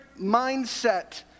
mindset